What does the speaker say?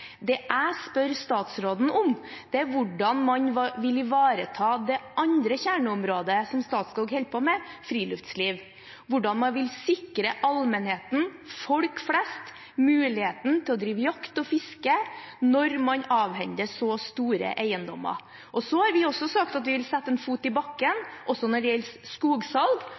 Det jeg spør statsråden om, er hvordan man vil ivareta det andre kjerneområdet som Statskog holder på med, friluftsliv – hvordan man vil sikre allmennheten, folk flest, muligheten til å drive jakt og fiske når man avhender så store eiendommer. Så har vi også sagt at vi vil sette en fot i bakken når det gjelder skogsalg,